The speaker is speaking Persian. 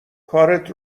کارت